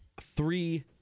three